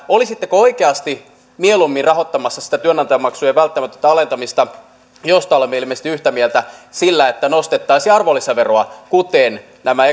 olisitteko oikeasti mieluummin rahoittamassa sitä työnantajamaksujen välttämätöntä alentamista josta olemme ilmeisesti yhtä mieltä sillä että nostaisimme arvonlisäveroa kuten nämä